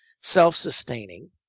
self-sustaining